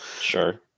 Sure